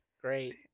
great